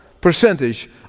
percentage